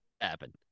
happen